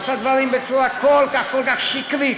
את הדברים בצורה כל כך כל כך שקרית.